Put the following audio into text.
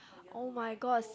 oh my god